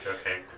okay